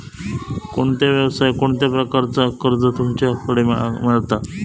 कोणत्या यवसाय कोणत्या प्रकारचा कर्ज तुमच्याकडे मेलता?